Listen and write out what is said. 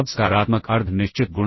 अब सकारात्मक अर्ध निश्चित गुण